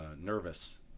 nervous